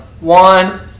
one